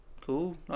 cool